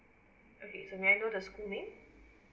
okay may I know the school name